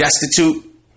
destitute